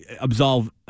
absolve